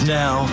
now